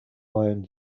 owned